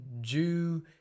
Jew